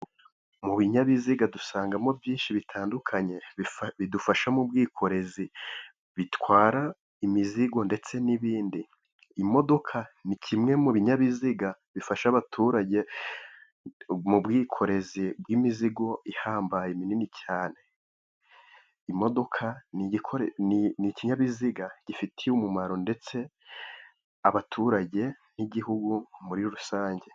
Mu binyabiziga dusangamo byinshi bitandukanye, bidufasha mu bwikorezi bitwara imizigo ndetse n'ibindi. Imodoka ni kimwe mu binyabiziga bifasha abaturage, mu bwikorezi bw'imizigo ihambaye minini cyane, imodoka ni ikinyabiziga gifitiye umumaro ndetse abaturage n'igihugu muri rusange.